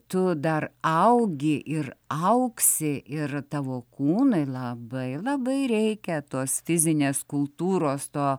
tu dar augi ir augsi ir tavo kūnui labai labai reikia tos fizinės kultūros to